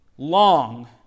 long